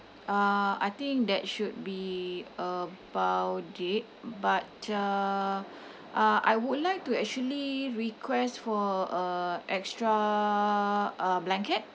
uh I think that should be about it but uh uh I would like to actually request for a extra uh blanket